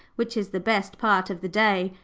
which is the best part of the day,